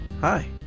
Hi